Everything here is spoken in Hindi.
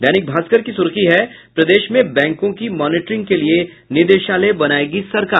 दैनिक भास्कर की सुर्खी है प्रदेश में बैंको की मॉनिटरिंग के लिये निदेशालय बनायेगी सरकार